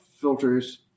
filters